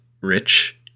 rich